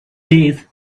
days